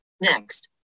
Next